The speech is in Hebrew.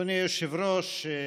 אדוני היושב-ראש,